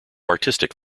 artistic